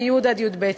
מי' עד י"ב.